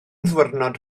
ddiwrnod